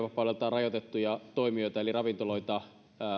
rajoitettuja toimijoita eli ravintoloita